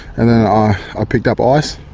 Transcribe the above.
and then i ah picked up ice